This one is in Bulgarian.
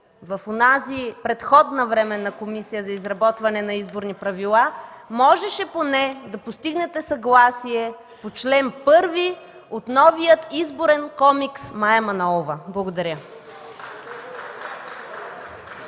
в онази предходна Временна комисия за изработване на изборни правила можеше поне да постигнете съгласие по чл. 1 от новия Изборен комикс Мая Манолова. Благодаря.